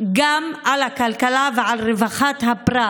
גם על הכלכלה ועל רווחת הפרט?